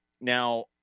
Now